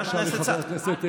איפה גנץ?